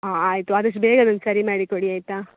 ಹಾಂ ಆಯಿತು ಆದಷ್ಟು ಬೇಗ ಅದನ್ನ ಸರಿ ಮಾಡಿಕೊಡಿ ಆಯಿತಾ